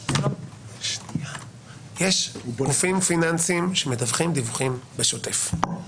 יש גופים פיננסיים שמדווחים דיווחים בשוטף,